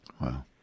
Wow